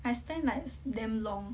I spend like damn long